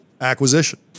acquisition